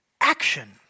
action